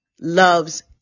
loves